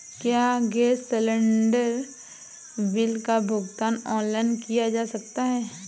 क्या gas cylinder bill का भुगतान ऑनलाइन किया जा सकता है?